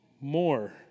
more